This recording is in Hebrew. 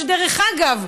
שדרך אגב,